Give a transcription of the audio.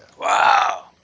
Wow